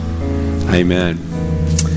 Amen